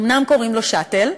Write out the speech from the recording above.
אומנם קוראים לו "שאטל",